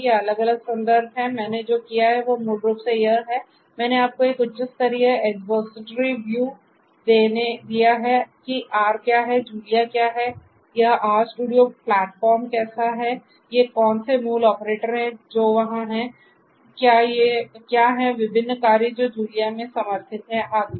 ये अलग अलग संदर्भ हैं मैंने जो किया है वह मूल रूप से यह है मैंने आपको एक उच्च स्तरीय एक्सपोजिटरी व्यू दिया है कि R क्या है जूलिया क्या है यह RStudio प्लेटफॉर्म कैसा है ये कौन से मूल ऑपरेटर हैं जो वहां हैं क्या हैं विभिन्न कार्य जो जूलिया में समर्थित हैं आदि